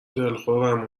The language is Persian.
دلخورم